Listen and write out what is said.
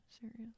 serious